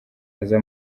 aza